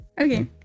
okay